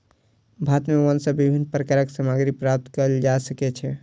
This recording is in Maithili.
भारत में वन सॅ विभिन्न प्रकारक सामग्री प्राप्त कयल जा सकै छै